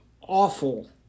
awful